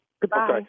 Goodbye